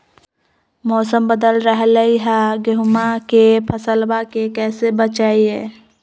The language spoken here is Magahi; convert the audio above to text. मौसम बदल रहलै है गेहूँआ के फसलबा के कैसे बचैये?